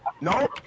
No